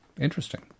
Interesting